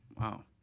Wow